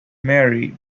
marie